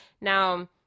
Now